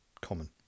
common